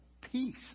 peace